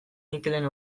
mikelen